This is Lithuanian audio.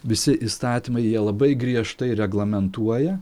visi įstatymai jie labai griežtai reglamentuoja